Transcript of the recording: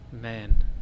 man